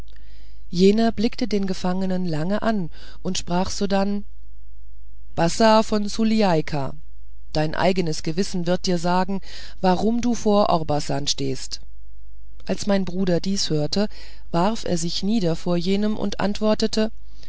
jener blickte den gefangenen lange an und sprach sodann bassa von sulieika dein eigenes gewissen wird dir sagen warum du vor orbasan stehst als mein bruder dies hörte warf er sich nieder vor jenem und antwortete